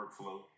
workflow